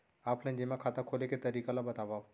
Offline जेमा खाता खोले के तरीका ल बतावव?